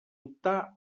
optar